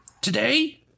today